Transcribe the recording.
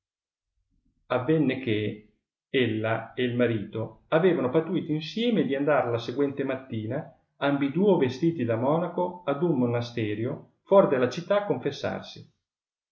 avenne che ella e il marito avevano pattuito insieme di andare la seguente mattina ambiduo vestiti da monaco ad un monasterio fuor della città a confessarsi